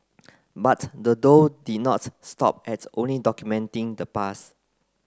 but the duo did not stop at only documenting the pass